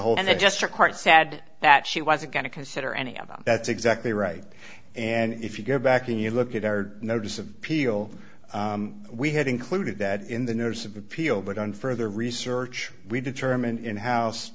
court said that she wasn't going to consider any of them that's exactly right and if you go back and you look at our notice of appeal we had included that in the notice of appeal but on further research we determined in house